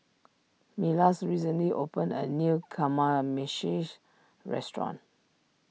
Milas recently opened a new Kamameshi restaurant